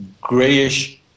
grayish